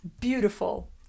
beautiful